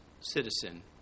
citizen